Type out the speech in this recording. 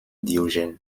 diogène